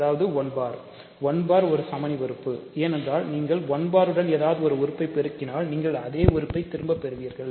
அதாவது 1 பார் எடுத்துக்கொள்கிறீர்கள்